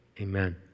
amen